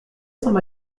sainte